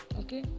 okay